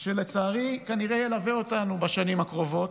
שלצערי כנראה ילווה אותנו בשנים הקרובות.